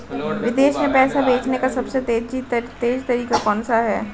विदेश में पैसा भेजने का सबसे तेज़ तरीका कौनसा है?